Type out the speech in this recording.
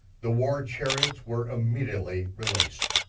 the war chariots were immediately released.